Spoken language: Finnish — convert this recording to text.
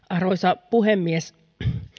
arvoisa puhemies